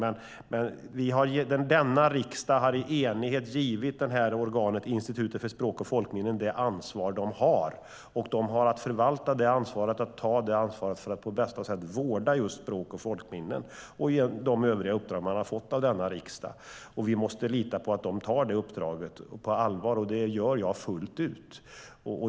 Men denna riksdag har i enighet givit Institutet för språk och folkminnen det ansvar de har, och de har att förvalta det ansvaret för att på bästa sätt vårda just språk och folkminnen samt de övriga uppdrag de har fått av denna riksdag. Vi måste lita på att de tar det uppdraget på allvar. Det gör jag fullt ut.